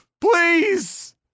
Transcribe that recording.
please